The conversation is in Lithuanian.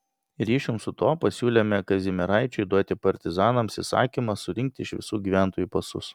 ryšium su tuo pasiūlėme kazimieraičiui duoti partizanams įsakymą surinkti iš visų gyventojų pasus